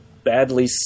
badly